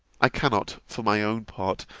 i cannot, for my own part,